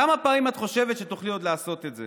כמה פעמים את חושבת שתוכלי עוד לעשות את זה